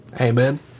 Amen